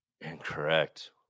Incorrect